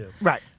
right